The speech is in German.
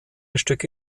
stücke